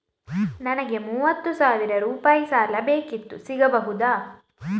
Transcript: ನನಗೆ ಮೂವತ್ತು ಸಾವಿರ ರೂಪಾಯಿ ಸಾಲ ಬೇಕಿತ್ತು ಸಿಗಬಹುದಾ?